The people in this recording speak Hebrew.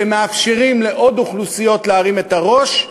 שמאפשרים לעוד אוכלוסיות להרים את הראש,